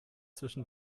zwischen